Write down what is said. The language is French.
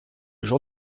jour